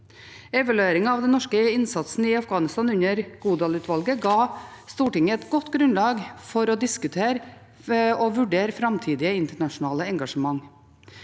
Evalueringen av den norske innsatsen i Afghanistan fra Godal-utvalget ga Stortinget et godt grunnlag for å diskutere og vurdere framtidige internasjonale engasjement.